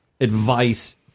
advice